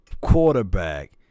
quarterback